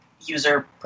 user